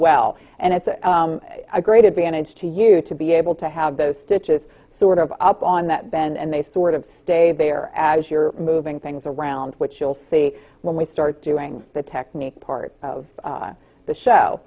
well and it's a great advantage to you to be able to have those stitches sort of up on that bend and they sort of stay there as you're moving things around which you'll see when we start doing the technique part of the show